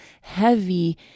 heavy